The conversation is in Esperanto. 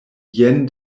jen